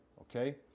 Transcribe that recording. okay